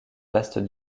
vaste